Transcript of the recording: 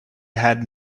had